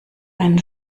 einen